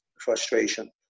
frustration